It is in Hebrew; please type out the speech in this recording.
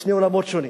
שני עולמות שונים.